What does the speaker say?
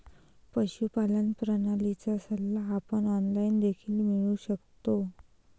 पशुपालन प्रणालीचा सल्ला आपण ऑनलाइन देखील मिळवू शकतो